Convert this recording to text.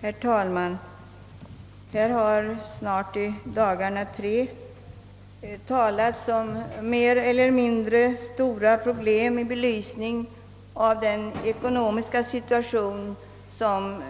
Herr talman! Här har snart i dagarna tre talats om mer eller mindre stora problem i belysning av den ekonomiska situation som